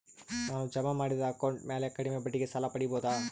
ನಾನು ಜಮಾ ಮಾಡಿದ ಅಕೌಂಟ್ ಮ್ಯಾಲೆ ಕಡಿಮೆ ಬಡ್ಡಿಗೆ ಸಾಲ ಪಡೇಬೋದಾ?